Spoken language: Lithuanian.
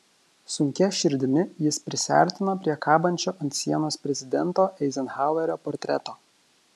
sunkia širdimi jis prisiartino prie kabančio ant sienos prezidento eizenhauerio portreto